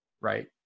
right